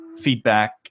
feedback